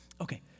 Okay